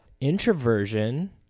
introversion